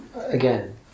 again